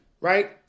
right